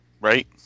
Right